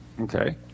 Okay